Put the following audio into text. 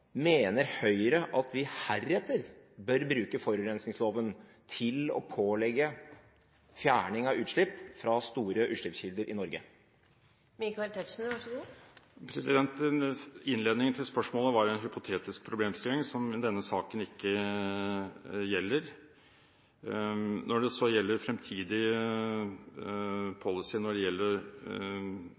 mener at vi heretter bør bruke forurensingsloven til å pålegge fjerning av utslipp fra store utslippskilder i Norge? Innledningen til spørsmålet var en hypotetisk problemstilling som denne saken ikke gjelder. Når det så gjelder fremtidig policy for utslipp, mener jeg denne saken også viser at det